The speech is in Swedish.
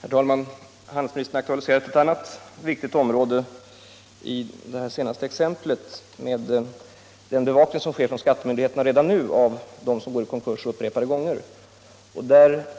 Herr talman! Handelsministern aktualiserade här ett annat viktigt område när han talade om den bevakning som redan nu sker från skattemyndigheterna av dem som går i konkurs upprepade gånger. Den möjligheten